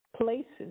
places